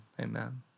amen